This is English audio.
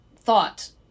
thought